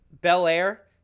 Bel-Air